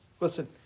Listen